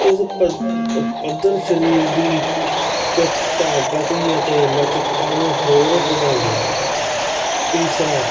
ਇਸ ਪੱ ਪੱਧਰ ਸਰੀਰ ਦੀ ਚੁਸਤਤਾ ਗਤੀ ਅਤੇ ਲਚਕਤਾ ਨੂੰ ਹੋਰ ਵਧਾਉਂਦੀਆਂ ਤੀਸਰਾ